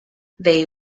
they